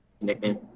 nickname